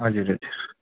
हजुर हजुर